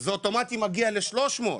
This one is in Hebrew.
זה אוטומטי מגיע ל-300.